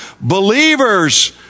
Believers